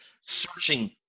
searching